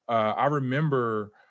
i remember,